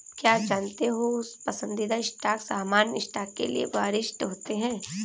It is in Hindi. क्या आप जानते हो पसंदीदा स्टॉक सामान्य स्टॉक के लिए वरिष्ठ होते हैं?